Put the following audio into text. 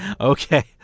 Okay